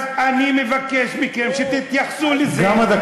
אז אני מבקש מכם שתתייחסו לזה, גם הדקה עברה.